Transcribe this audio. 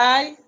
Bye